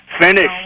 Finish